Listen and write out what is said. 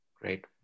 Great